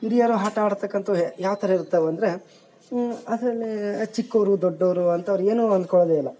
ಹಿರಿಯರು ಆಟ ಆಡ್ತಕ್ಕಂತು ಯಾವ ಥರ ಇರ್ತವಂದರೆ ಅದರಲ್ಲೇ ಚಿಕ್ಕೋರು ದೊಡ್ಡೋರು ಅಂಥವ್ರು ಏನು ಅನ್ಕೊಳೋದೇಯಿಲ್ಲ